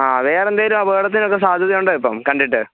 ആ വേറെ എന്തെങ്കിലും അപകടത്തിനൊക്കെ സാധ്യതയുണ്ടോ ഇപ്പം കണ്ടിട്ട്